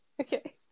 Okay